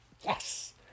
Yes